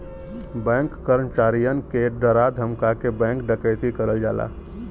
bank कर्मचारियन के डरा धमका के बैंक डकैती करल जाला